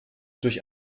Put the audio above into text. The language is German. durch